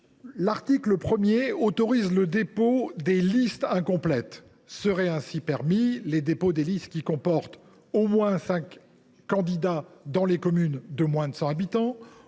l’article 1 y autorise le dépôt de listes incomplètes. Seraient ainsi permis les dépôts de listes comportant au moins cinq candidats dans les communes de moins de 100 habitants,